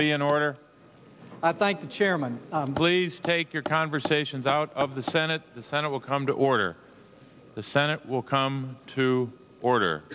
be in order i thank the chairman please take your conversations out of the senate the senate will come to order the senate will come to order